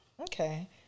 Okay